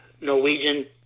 Norwegian